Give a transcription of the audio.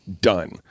done